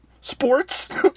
Sports